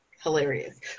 hilarious